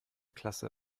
klasse